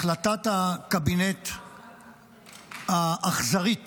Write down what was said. החלטת הקבינט האכזרית